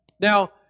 now